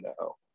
no